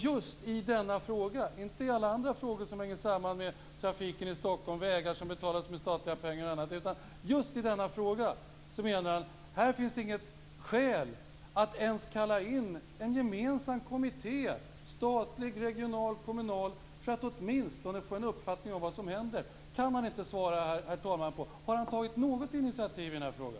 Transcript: Just i denna fråga - inte i alla andra frågor som hänger samman med trafiken i Stockholm; vägar som betalas med statliga pengar och annat - menar han att det inte finns skäl att ens kalla in en gemensam kommitté, statlig, regional eller kommunal, för att åtminstone få en uppfattning om vad som händer. Kan inte ministern svara på frågan om han har tagit något initiativ i frågan?